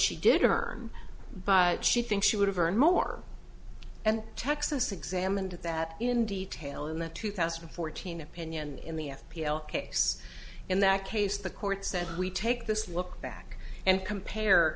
she did her but she thinks she would have earned more and texas examined that in detail in the two thousand and fourteen opinion in the s p l case in that case the court said we take this look back and compare